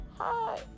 hi